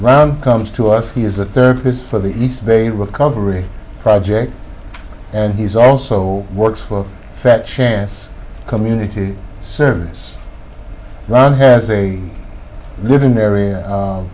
round comes to us he is the cause for the east bay recovery project and he's also works for fat chance community service run has a living area